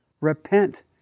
Repent